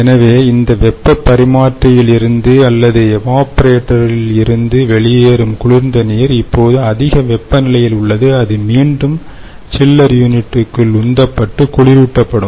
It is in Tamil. எனவே இந்த வெப்பப் பரிமாற்றியிலிருந்து அல்லது எவாப்பரேட்டலிருந்து வெளியேறும் குளிர்ந்த நீர் இப்போது அதிக வெப்பநிலையில் உள்ளது அது மீண்டும் சில்லர் யூனிட்க்குள் உந்தப்பட்டு குளிரூட்டப்படும்